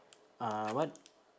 uh what